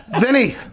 Vinny